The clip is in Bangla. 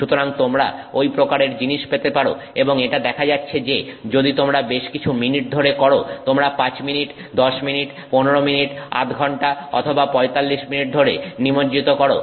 সুতরাং তোমরা ঐ প্রকারের জিনিস পেতে পারো এবং এটা দেখা যাচ্ছে যে যদি তোমরা বেশকিছু মিনিট ধরে করো তোমরা 5 মিনিট 10 মিনিট 15 মিনিট আধঘন্টা অথবা 45 মিনিট ধরে নিমজ্জিত করো